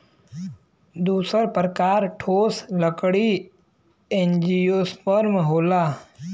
दूसर प्रकार ठोस लकड़ी एंजियोस्पर्म होला